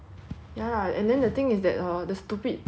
ya lah and then the thing is that hor the stupid thing is that right